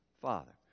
father